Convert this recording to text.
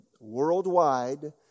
worldwide